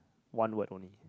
one word only